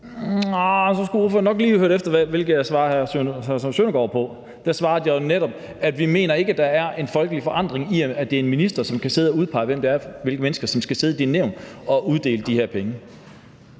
så skulle ordføreren nok lige have hørt efter, hvad jeg svarede hr. Søren Søndergaard. Der svarede jeg jo netop, at vi ikke mener, at der er en folkelig forankring i, at det er en minister, som kan sidde og udpege, hvilke mennesker der skal sidde i det nævn og uddele de her penge.